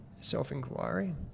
self-inquiry